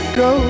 go